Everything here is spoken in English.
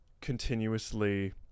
continuously